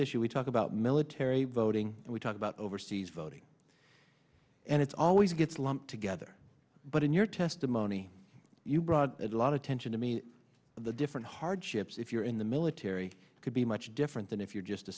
issue we talk about military voting and we talk about overseas voting and it's always gets lumped together but in your testimony you brought a lot of attention to me the different hardships if you're in the military could be much different than if you're just a